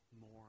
more